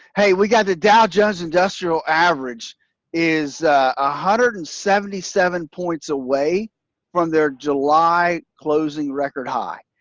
hey, we got the dow jones industrial average is a hundred and seventy seven points away from their july closing record high,